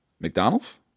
McDonald's